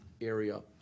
area